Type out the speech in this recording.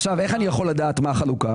איך אני יכול לדעת מה החלוקה?